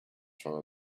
from